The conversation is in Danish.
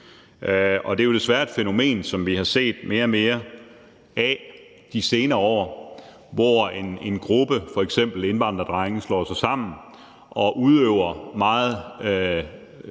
Det er desværre et fænomen, vi i de senere år har set mere og mere af, hvor en gruppe f.eks. indvandrerdrenge slår sig sammen og udøver en meget